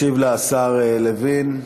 ישיב לה השר לוין.